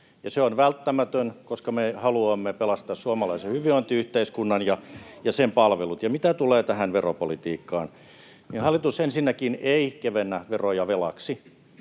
se on välttämätön, koska me haluamme pelastaa suomalaisen hyvinvointiyhteiskunnan ja sen palvelut. [Krista Kiurun välihuuto] Mitä tulee tähän veropolitiikkaan, niin hallitus ensinnäkään ei kevennä veroja velaksi.